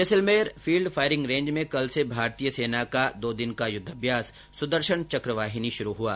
Jaisalmer field firing range में कल से भारतीय सेना का दो दिन का युद्ध अभ्यास सुदर्शन चक्र वाहिनी शुरू हुआ